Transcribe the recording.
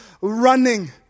running